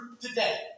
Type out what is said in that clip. today